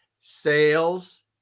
sales